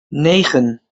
negen